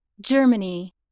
Germany